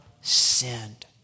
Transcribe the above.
sinned